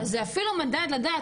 זה אפילו מדד לדעת,